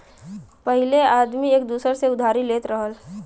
पहिले आदमी एक दूसर से उधारी लेत रहल